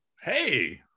hey